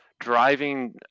driving